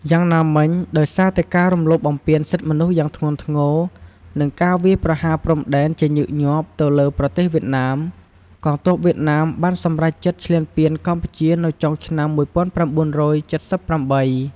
យ៉ាងណាមិញដោយសារតែការរំលោភបំពានសិទ្ធិមនុស្សយ៉ាងធ្ងន់ធ្ងរ និងការវាយប្រហារព្រំដែនជាញឹកញាប់ទៅលើប្រទេសវៀតណាម កងទ័ពវៀតណាមបានសម្រេចចិត្តឈ្លានពានកម្ពុជានៅចុងឆ្នាំ១៩៧៨។